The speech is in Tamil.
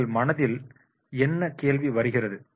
எனவே உங்கள் மனதில் என்ன கேள்வி வருகிறது